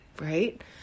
right